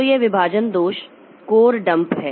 तो यह विभाजन दोष कोर डंप है